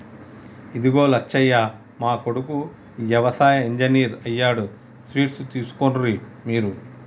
ఇదిగో లచ్చయ్య మా కొడుకు యవసాయ ఇంజనీర్ అయ్యాడు స్వీట్స్ తీసుకోర్రి మీరు